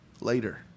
later